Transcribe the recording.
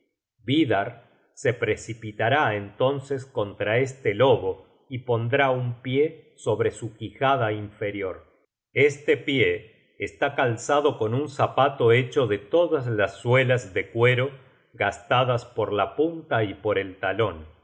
vidarr se precipitará entonces contra este lobo y pondrá un pie sobre su quijada inferior este pie está calzado con un zapato hecho de todas las suelas de cuero gastadas por la punta y por el talon